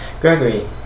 Gregory